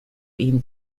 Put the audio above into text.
ihm